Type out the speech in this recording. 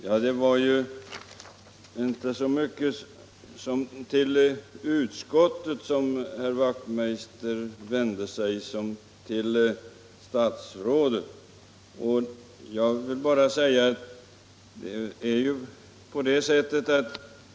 Herr talman! Det var inte så mycket till utskottet herr Wachtmeister i Johannishus vände sig som till statsrådet.